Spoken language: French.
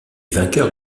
vainqueurs